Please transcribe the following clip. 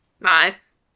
Nice